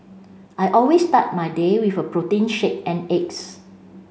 I always start my day with a protein shake and eggs